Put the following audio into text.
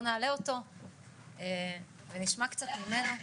בואו נעלה אותו ונשמע קצת ממנו.